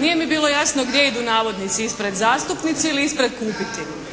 Nije mi bilo jasno gdje idu navodnici, ispred zastupnici ili ispred kupiti. Hvala. **Milinović,